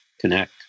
connect